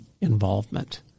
involvement